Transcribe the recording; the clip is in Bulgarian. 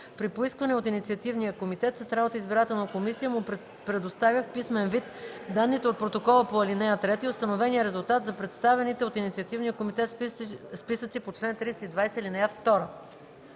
При поискване от инициативния комитет Централната избирателна комисия му предоставя в писмен вид данните от протокола по ал. 3 и установения резултат за представените от инициативния комитет списъци по чл. 367, ал. 2.